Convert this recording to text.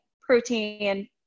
protein